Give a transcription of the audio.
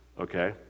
Okay